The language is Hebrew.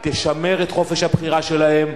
תשמר את חופש הבחירה של האם.